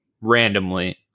randomly